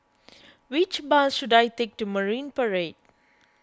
which bus should I take to Marine Parade